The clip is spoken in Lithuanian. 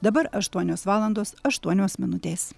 dabar aštuonios valandos aštuonios minutės